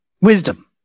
wisdom